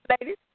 Ladies